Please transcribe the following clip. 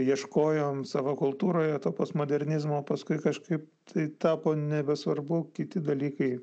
ieškojom savo kultūroje to postmodernizmo paskui kažkaip tai tapo nebesvarbu kiti dalykai